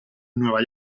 nueva